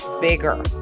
bigger